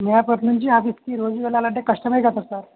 రేపటి నుంచి ఆఫీస్కి రజు వెళ్ళాలంటే కష్టమే కదా సార్